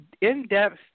in-depth